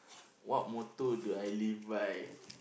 what motto do I live by